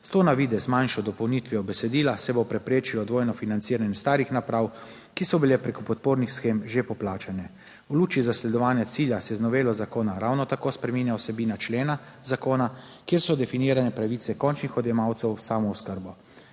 S to na videz manjšo dopolnitvijo besedila se bo preprečilo dvojno financiranje starih naprav, ki so bile preko podpornih shem že poplačane. V luči zasledovanja cilja se z novelo zakona ravno tako spreminja vsebina člena zakona, kjer so definirane pravice končnih odjemalcev s samooskrbo.